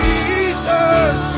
Jesus